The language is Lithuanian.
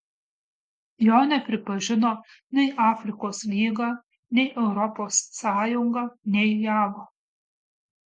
jo nepripažino nei afrikos lyga nei europos sąjunga nei jav